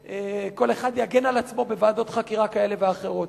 כל אחד יגן על עצמו בוועדות חקירה כאלה ואחרות.